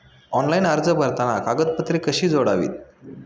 Online अर्ज भरताना कागदपत्रे कशी जोडावीत?